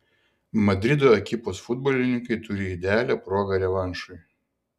madrido ekipos futbolininkai turi idealią progą revanšui